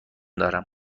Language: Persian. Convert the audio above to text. دارم